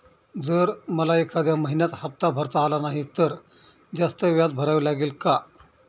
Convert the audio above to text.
जर मला एखाद्या महिन्यात हफ्ता भरता आला नाही तर जास्त व्याज भरावे लागेल का?